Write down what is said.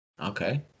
Okay